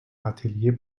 atelier